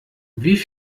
wie